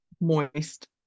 moist